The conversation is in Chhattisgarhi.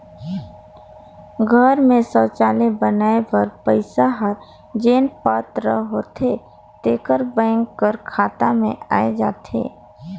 घर में सउचालय बनाए बर पइसा हर जेन पात्र होथे तेकर बेंक कर खाता में आए जाथे